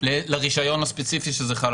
אם תרצו לשמוע